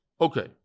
Okay